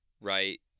right